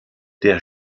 der